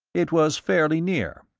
it was fairly near.